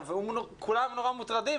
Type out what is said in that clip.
כולם נורא מוטרדים,